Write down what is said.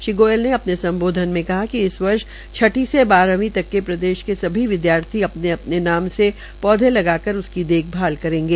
श्री गोयल ने अपने स्म्बोधन ने अपने सम्बोधन मे कहा कि इस वर्ष छठी से बारहवीं तक प्रदेश के सभी विदयार्थियों अपने अपने नाम से पौधे लगाकर उसकी देखभाल करेंगे